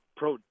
pro